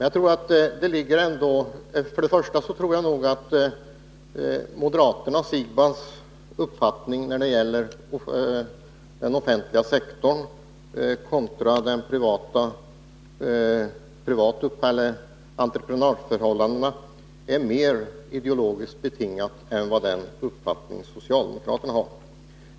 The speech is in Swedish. Jag tror att moderaternas och herr Siegbahns uppfattning när det gäller den offentliga sektorn kontra den privata sektorn och entreprenadverksamheten är mer ideologiskt betingad än socialdemokraternas uppfattning.